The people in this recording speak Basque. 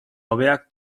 hobeak